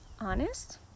honest